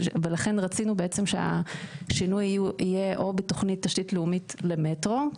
ולכן רצינו בעצם שהשינוי יהיה או בתוכנית תשתית לאומית למטרו,